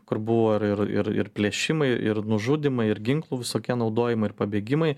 kur buvo ir ir ir ir plėšimai ir nužudymai ir ginklų visokie naudojimai ir pabėgimai